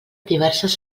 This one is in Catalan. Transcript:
diverses